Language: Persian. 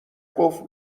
قفل